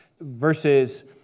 versus